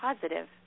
positive